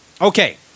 Okay